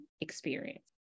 experience